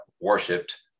worshipped